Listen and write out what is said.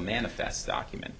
manifest document